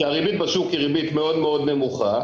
שהריבית בשוק היא ריבית מאוד מאוד נמוכה.